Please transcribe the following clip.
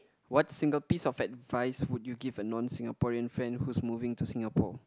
what single piece of advice would you give a non Singaporean friend who's moving to Singapore